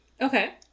Okay